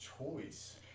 choice